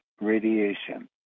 radiation